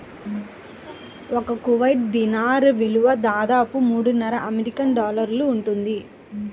ఒక కువైట్ దీనార్ విలువ దాదాపు మూడున్నర అమెరికన్ డాలర్లు ఉంటుంది